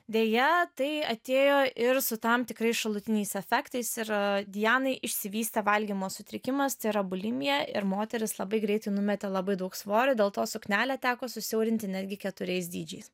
deja tai atėjo ir su tam tikrais šalutiniais efektais ir dianai išsivystė valgymo sutrikimas tai yra bulimija ir moteris labai greitai numetė labai daug svorio dėl to suknelę teko susiaurinti netgi keturiais dydžiais